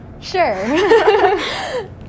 Sure